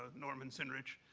norman sinrich,